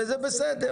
וזה בסדר.